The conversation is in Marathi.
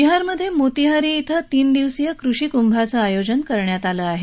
बिहारमध्ये मोतीहारी क्रि तीन दिवसीय कृषी कुंभाचं आयोजन करण्यात आलं आहे